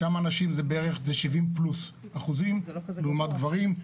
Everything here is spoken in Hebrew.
שם הנשים זה 70% לעומת גברים,